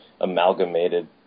amalgamated